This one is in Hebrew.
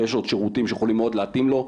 יש עוד שירותים שיכולים עוד להתאים לו,